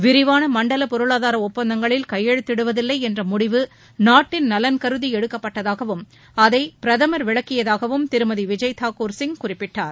விரிவான மண்டல பொருளாதார ஒப்பந்தத்தில் கையெழுத்திடுவதில்லை என்ற முடிவு நாட்டின் நலன் கருதி எடுக்கப்பட்டதாகவும் அதை பிரதமர் விளக்கியதாகவும் திருமதி விஜய் தாக்கூர் சிங் குறிப்பிட்டார்